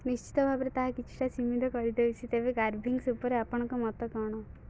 ନିଶ୍ଚିତ ଭାବରେ ତାହା କିଛିଟା ସୀମିତ କରିଦେଉଛି ତେବେ ଗାର୍ଭିଙ୍ଗ୍ସ୍ ଉପରେ ଆପଣଙ୍କ ମତ କ'ଣ